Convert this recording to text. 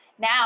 Now